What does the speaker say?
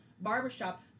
barbershop